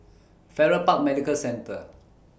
Farrer Park Medical Centre